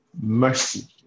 mercy